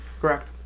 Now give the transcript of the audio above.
correct